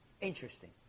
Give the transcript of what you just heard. interesting